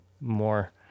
more